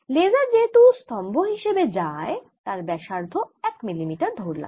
laser যেহেতু স্তম্ভ হিসেবে যায় তার ব্যাসার্ধ এক মিলিমিটার ধরলাম